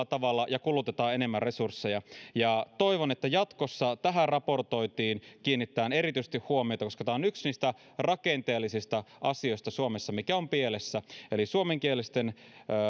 epäloogisella tavalla ja kulutetaan enemmän resursseja ja toivon että jatkossa tähän raportointiin kiinnitetään erityisesti huomiota koska tämä on yksi niistä rakenteellisista asioista suomessa mikä on pielessä eli suomenkielisten